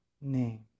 name